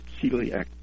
celiac